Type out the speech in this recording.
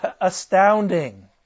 astounding